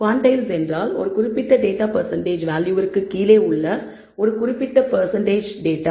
quantiles என்றால் ஒரு குறிப்பிட்ட டேட்டா வேல்யூவிற்கு கீழே உள்ள ஒரு குறிப்பிட்ட டேட்டா